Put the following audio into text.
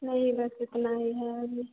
नही बस इतना ही है अभी